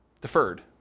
deferred